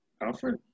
Alfred